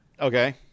okay